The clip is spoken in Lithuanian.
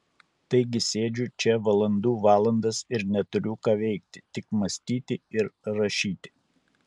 taigi sėdžiu čia valandų valandas ir neturiu ką veikti tik mąstyti ir rašyti